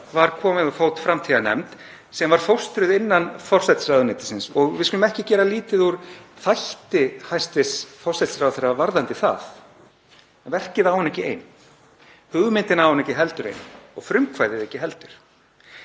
var komið á fót framtíðarnefnd sem var fóstruð innan forsætisráðuneytisins. Og við skulum ekki gera lítið úr þætti hæstv. forsætisráðherra varðandi það en verkið á hún ekki ein. Hugmyndina á hún ekki heldur og frumkvæðið ekki heldur.